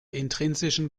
intrinsischen